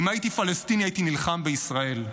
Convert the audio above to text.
"אם הייתי פלסטיני, הייתי נלחם בישראל".